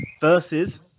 Versus